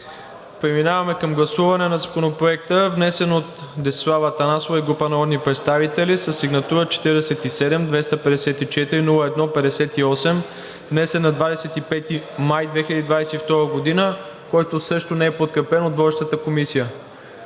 Преминаваме към гласуване на Законопроекта, внесен от Десислава Атанасова и група народни представители, със сигнатура № 47-254-01-58, внесен на 25 май 2022 г., който също не е подкрепен от водещата Комисия.